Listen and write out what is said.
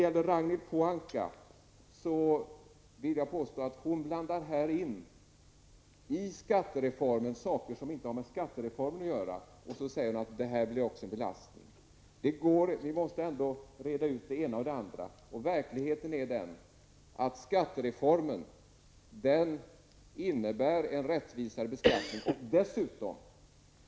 Till Ragnhild Pohanka vill jag säga att hon i skattereformen blandar in saker som inte har med skattereformen att göra och säger att detta också blir en belastning. Vi måste reda ut vad som är det ena och vad som är det andra. Verkligheten är den att skattereformen ger en rättvisare beskattning.